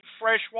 freshwater